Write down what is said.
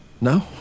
no